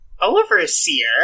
overseer